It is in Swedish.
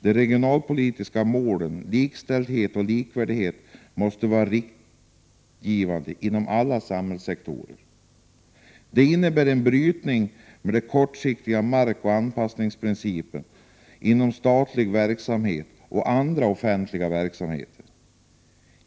De regionalpolitiska målen —likställdhet och likvärdighet — måste vara riktgivande inom alla samhällssektorer. Det innebär en brytning av den kortsiktiga marknadsoch anpassningsprincipen inom statlig verksamhet och andra offentliga verksamheter.